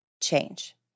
change